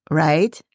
right